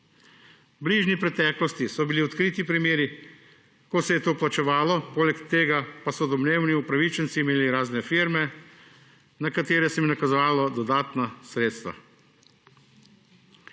V bližnji preteklosti so bili odkriti primeri, ko se je to plačevalo, poleg tega pa so domnevni upravičenci imeli razne firme, na katere se jim je nakazovalo dodatna sredstva.